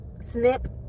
snip